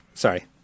Sorry